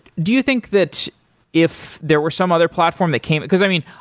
do you think that if there were some other platform that came because, i mean,